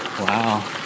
Wow